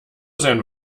sein